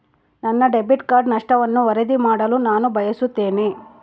ನನ್ನ debit card ನಷ್ಟವನ್ನು ವರದಿ ಮಾಡಲು ನಾನು ಬಯಸುತ್ತೇನೆ